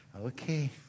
Okay